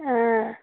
ꯑꯥ